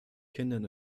kindern